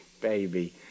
Baby